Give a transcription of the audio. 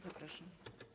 Zapraszam.